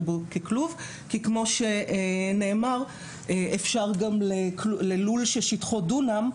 בו ככלוב כי כמו שנאמר אפשר גם ללול ששטחו דונם,